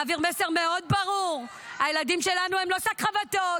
להעביר מסר מאוד ברור: הילדים שלנו הם לא שק חבטות,